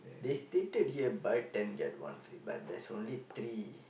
they stated here buy ten get one free but there's only three